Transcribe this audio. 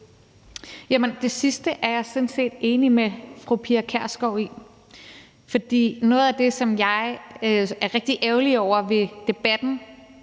Det sidste er jeg sådan set enig med fru Pia Kjærsgaard i. For noget af det, som jeg er rigtig ærgerlig over ved debatten